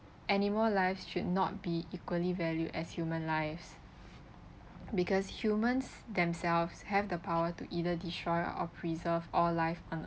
animal lives should not be equally valued as human lives because humans themselves have the power to either destroy or preserve all life on